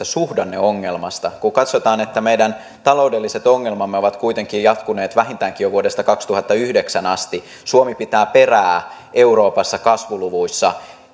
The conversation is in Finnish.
suhdanneongelmasta kun katsotaan että meidän taloudelliset ongelmamme ovat kuitenkin jatkuneet vähintäänkin jo vuodesta kaksituhattayhdeksän asti suomi pitää perää euroopassa kasvuluvuissa